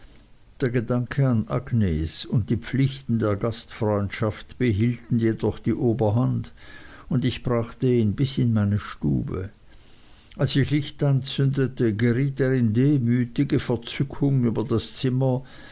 der gedanke an agnes und die pflichten der gastfreundschaft behielten jedoch die oberhand und ich brachte ihn bis in meine stube als ich licht anzündete geriet er in demütige verzückung über das zimmer